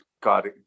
God